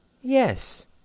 Yes